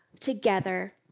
together